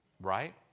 Right